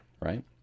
right